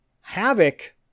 Havoc